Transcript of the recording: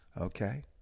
Okay